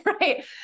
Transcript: right